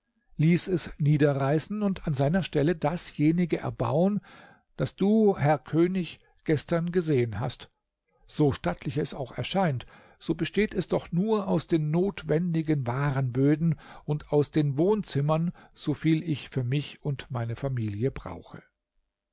ließ es niederreißen und an seiner stelle dasjenige erbauen das du herr könig gestern gesehen hast so stattlich es auch erscheint so besteht es doch nur aus den notwendigen warenböden und aus den wohnzimmern so viel ich für mich und meine familie brauche